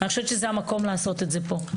אני חושבת שזה המקום לעשות את זה פה.